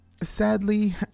Sadly